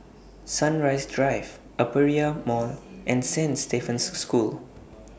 Sunrise Drive Aperia Mall and Saint Stephen's School